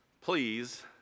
Please